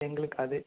எங்களுக்கு அது